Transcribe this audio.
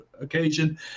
occasion